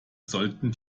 sollten